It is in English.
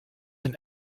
and